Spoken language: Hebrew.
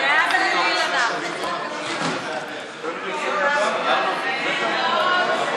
ההצעה להעביר את הצעת חוק הגליל (תיקון מס'